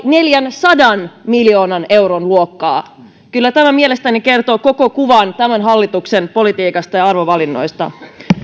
neljänsadan miljoonan euron luokkaa kyllä tämä mielestäni kertoo koko kuvan tämän hallituksen politiikasta ja arvovalinnoista